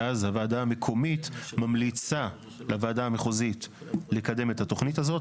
ואז הוועדה המקומית ממליצה לוועדה המחוזית לקדם את התוכנית הזאת.